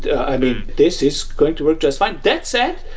i mean, this is going to work just fine. that said,